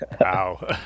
Wow